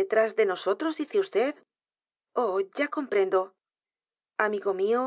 detrás de nosotros dice vd o h y a comprendo amigo mío